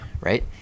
right